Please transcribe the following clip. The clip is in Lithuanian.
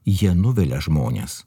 jie nuvilia žmones